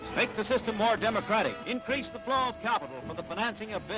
make the system more democratic, increase the flow of capital for the financing of but